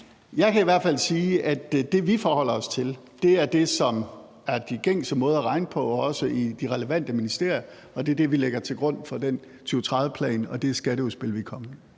Jeg kan i hvert fald sige, at det, som vi forholder os til, er det, som er de gængse måder at regne på, også i de relevante ministerier, og at det er det, som vi lægger til grund for den 2030-plan og det skatteudspil, som